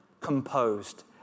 composed